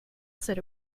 said